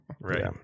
Right